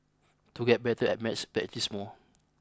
to get better at maths practise more